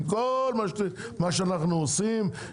עם כל מה שאנחנו עושים,